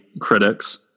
critics